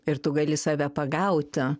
ir tu gali save pagaut